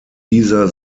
dieser